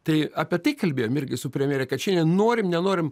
tai apie tai kalbėjom irgi su premjere kad šiandien norim nenorim